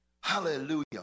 Hallelujah